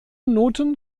noten